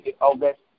August